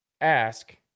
ask